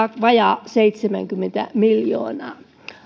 vajaat seitsemänkymmentä miljoonaa